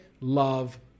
love